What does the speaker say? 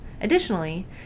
Additionally